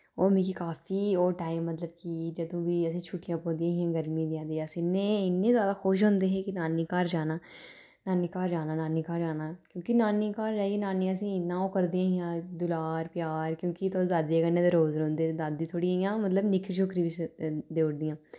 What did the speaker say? ओह् मिकी काफी ओह् टाइम मतलब की जदूं बी असें छुट्टियां पौंदियां हियां गर्मी दियां ते अस इन्ने इन्ने जैदा खुश होंदे हे कि नानी घर जाना नानी घर जाना नानी घर जाना क्योंकि नानी घर जाइयै नानी असें इन्ना ओ करदियां हियां दुलार प्यार क्यूंकि तुस दादिये कन्नै ते रोज रौंह्दे दादी थोह्ड़ी इ'यां मतलब निक्खर शुखर बी देई ओड़दियां